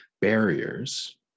barriers